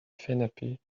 fnap